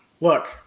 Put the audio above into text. Look